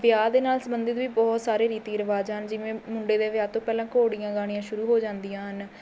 ਵਿਆਹ ਦੇ ਨਾਲ਼ ਸੰਬੰਧਿਤ ਵੀ ਬਹੁਤ ਸਾਰੇ ਰੀਤੀ ਰਿਵਾਜ ਹਨ ਜਿਵੇਂ ਮੁੰਡੇ ਦੇ ਵਿਆਹ ਤੋਂ ਪਹਿਲਾਂ ਘੋੜੀਆਂ ਗਾਉਣੀਆਂ ਸ਼ੁਰੂ ਹੋ ਜਾਂਦੀਆਂ ਹਨ